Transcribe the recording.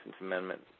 amendment